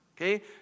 Okay